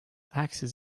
axis